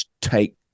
take